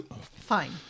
Fine